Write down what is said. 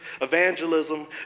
evangelism